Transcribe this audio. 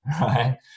right